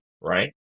right